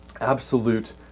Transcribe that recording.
absolute